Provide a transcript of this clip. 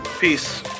peace